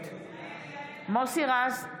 נגד מוסי רז,